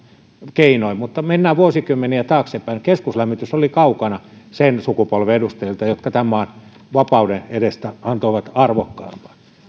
keinoin mutta kun mennään vuosikymmeniä taaksepäin niin keskuslämmitys oli kaukana sen sukupolven edustajilta jotka tämän maan vapauden edestä antoivat